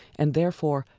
and therefore,